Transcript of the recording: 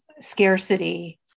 scarcity